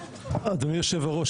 אדוני יושב הראש,